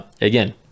again